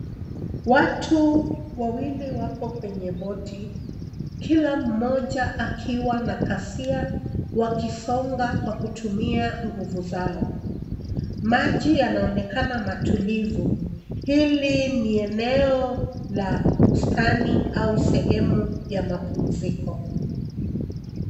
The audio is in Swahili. Watu wawili wako kwenye boti. Kila mmoja akiwa na kasia wakisonga kwa kutumia nguvu zao. Maji yanaonekana matulivu. Hili ni eneo la bustani au sehemu ya mapumziko.